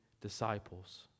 disciples